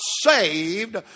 saved